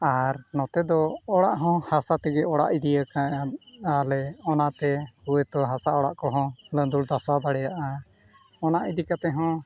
ᱟᱨ ᱱᱚᱛᱮ ᱫᱚ ᱚᱲᱟᱜ ᱦᱚᱸ ᱦᱟᱥᱟ ᱛᱮᱜᱮ ᱚᱲᱟᱜ ᱤᱫᱤᱭᱟᱠᱟᱫᱼᱟᱞᱮ ᱚᱱᱟᱛᱮ ᱦᱳᱭᱛᱚ ᱦᱟᱥᱟ ᱚᱲᱟᱜ ᱠᱚᱦᱚᱸ ᱞᱟᱸᱫᱩᱲ ᱫᱷᱟᱥᱟᱣ ᱫᱟᱲᱮᱭᱟᱜᱼᱟ ᱚᱱᱟ ᱤᱫᱤ ᱠᱟᱛᱮᱫ ᱦᱚᱸ